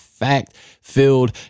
fact-filled